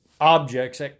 objects